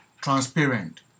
transparent